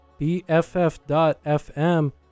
BFF.FM